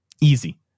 easy